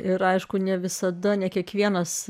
ir aišku ne visada ne kiekvienas